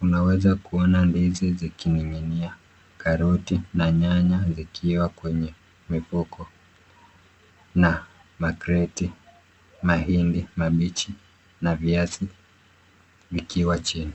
Unaweza kuona ndizi zikining'inia, karoti na nyanya zikiwa kwenye mifuko na makreti, mahindi mabichi na viazi ikiwa chini.